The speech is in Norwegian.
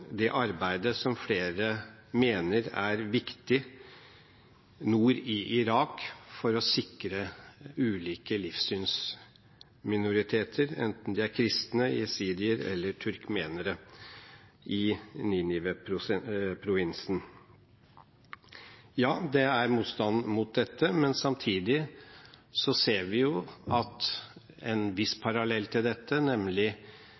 gjelder arbeidet nord i Irak, som flere mener er viktig, for å sikre ulike livssynsminoriteter i Ninive-provinsen, enten de er kristne, jesidier eller turkmenere. Ja, det er motstand mot dette, men samtidig ser vi jo en viss parallell til dette, nemlig